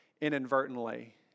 inadvertently